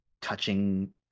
touching